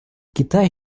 китай